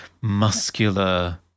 muscular